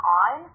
on